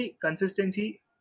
consistency